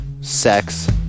sex